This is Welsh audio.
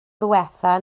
ddiwethaf